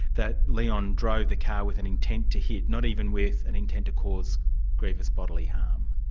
that leon drove the care with an intent to hit, not even with an intent to cause grievous bodily harm.